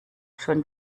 schon